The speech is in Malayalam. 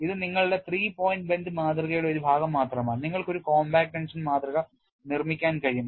ഇത് നിങ്ങളുടെ three പോയിന്റ് bend മാതൃകയുടെ ഒരു ഭാഗം മാത്രമാണ് നിങ്ങൾക്ക് ഒരു കോംപാക്റ്റ് ടെൻഷൻ മാതൃക നിർമ്മിക്കാൻ കഴിയും